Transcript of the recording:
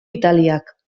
italiak